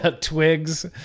twigs